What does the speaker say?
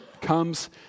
comes